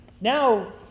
now